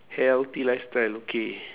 healthy lifestyle okay